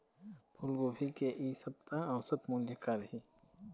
फूलगोभी के इ सप्ता औसत मूल्य का रही?